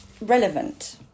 relevant